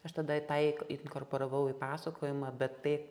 aš tada tą į inkorporavau į pasakojimą bet tai